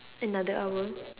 another hour